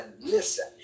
listen